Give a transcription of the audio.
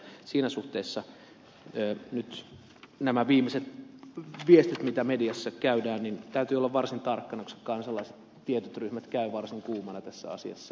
siinä suhteessa nyt nämä viimeiset viestit mitä mediassa nähdään ovat sellaisia että täytyy olla varsin tarkkana koska kansalaiset tietyt ryhmät käyvät varsin kuumina tässä asiassa